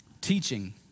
teaching